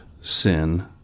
sin